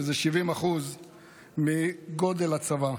שזה 70% מגודל הצבא.